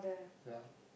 ya